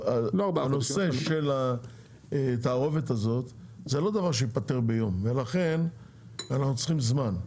הנושא של התערובת הזאת זה לא דבר שייפתר ביום ולכן אנחנו צריכים זמן.